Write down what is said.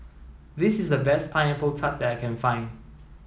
this is the best pineapple tart that I can find